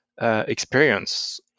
experience